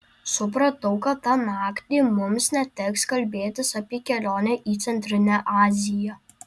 supratau kad tą naktį mums neteks kalbėtis apie kelionę į centrinę aziją